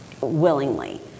willingly